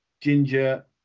Ginger